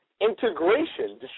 Integration